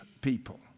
people